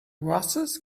roses